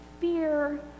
fear